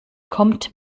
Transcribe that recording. kommt